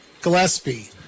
Gillespie